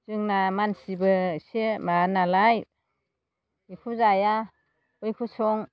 जोंना मानसिबो एसे माबा नालाय बेखौ जाया बैखौ सं